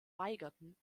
weigerten